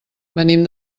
venim